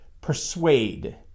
persuade